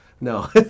No